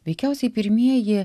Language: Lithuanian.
veikiausiai pirmieji